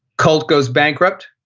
colt goes bankrupt,